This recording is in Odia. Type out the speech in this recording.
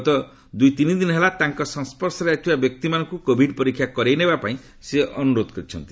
ଗତ ଦୁଇ ତିନିଦିନ ହେଲା ତାଙ୍କ ସଂସର୍ଶରେ ଆସିଥିବା ବ୍ୟକ୍ତିମାନଙ୍କୁ କୋଭିଡ୍ ପରୀକ୍ଷା କରିନେବପାଇଁ ସେ ଅନୁରୋଧ କରିଚ୍ଛନ୍ତି